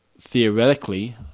theoretically